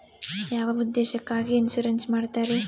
ಯಾವ ಉದ್ದೇಶಕ್ಕಾಗಿ ಇನ್ಸುರೆನ್ಸ್ ಮಾಡ್ತಾರೆ?